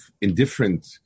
indifferent